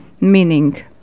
meaning